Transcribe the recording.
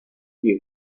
die